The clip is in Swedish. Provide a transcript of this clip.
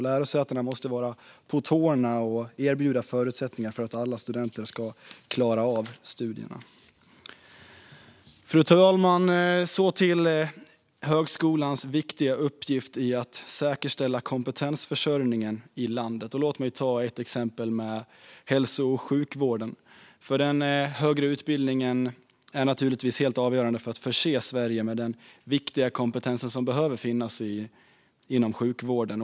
Lärosätena måste vara på tårna och erbjuda förutsättningar för att alla studenter ska klara av studierna. Fru talman! Så till högskolans viktiga uppgift att säkerställa kompetensförsörjningen i landet. Låt mig ta ett exempel: hälso och sjukvården. Den högre utbildningen är naturligtvis helt avgörande för att förse Sverige med den viktiga kompetens som behöver finns inom sjukvården.